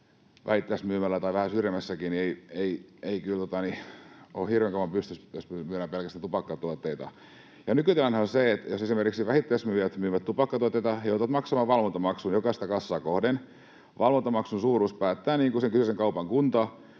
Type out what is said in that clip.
vähittäismyymälä tai vähän syrjäisempikään ei kyllä ole hirveän kauan pystyssä, jos myydään pelkästään tupakkatuotteita. Nykytilannehan on se, että jos esimerkiksi vähittäismyyjät myyvät tupakkatuotteita, he joutuvat maksamaan valvontamaksun jokaista kassaa kohden. Valvontamaksun suuruuden päättää sen kyseisen kaupan kunta,